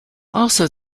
also